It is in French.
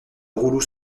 rouleau